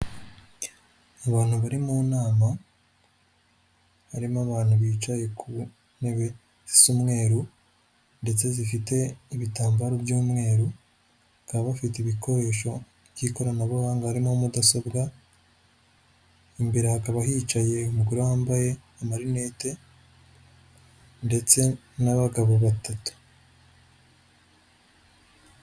Abantu bari mu nama, harimo abantu bicaye ku ntebe z’umweru ndetse zifite n'ibitambaro by'umweru, bakaba bafite ibikoresho by'ikoranabuhanga harimo mudasobwa, imbere hakaba hicay’umugore wambaye amarinete ndetse n'abagabo batatu.